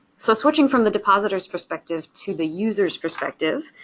so switching from the depositor's perspective to the user's perspective.